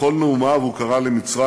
בכל נאומיו הוא קרא למצרים,